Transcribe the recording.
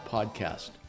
Podcast